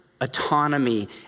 autonomy